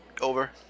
over